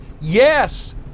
yes